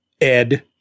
Ed